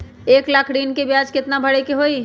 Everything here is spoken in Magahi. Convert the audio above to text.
एक लाख ऋन के ब्याज केतना भरे के होई?